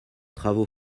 travaux